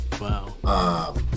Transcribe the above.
wow